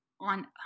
On